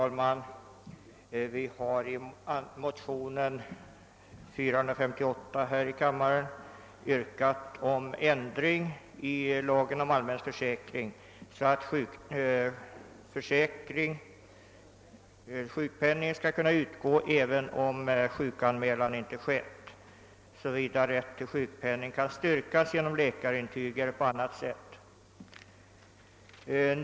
Herr talman! I motionen II: 458 har fröken Wetterström och jag yrkat på »sådan ändring i lagen om allmän försäkring att sjukpenning skall utgå även om sjukanmälan inte skett, såvida rätt till sjukpenning kan styrkas genom läkarintyg eller på annat sätt».